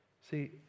See